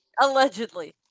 Allegedly